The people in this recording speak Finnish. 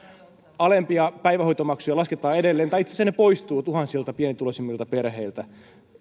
alempia päivähoitomaksuja lasketaan edelleen ja itse asiassa ne poistuvat tuhansilta pienituloisimmilta perheiltä minusta